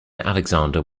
alexander